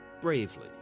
bravely